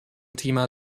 thema